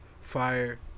fire